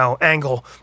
angle